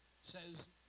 says